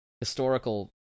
historical